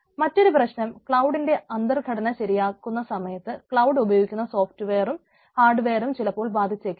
മറ്റൊരു പ്രശ്നം ക്ലൌഡിന്റെ അന്തർഘടന ശരിയാക്കുന്ന സമയത്ത് ക്ലൌഡ് ഉപയോഗിക്കുന്ന സോഫ്റ്റ്വെയറും ഹാർഡ്വെയറും ചിലപ്പാൾ ബാധിച്ചേക്കാം